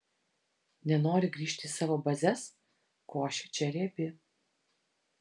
nenori grįžt į savo bazes košė čia riebi